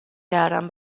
کردم